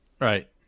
right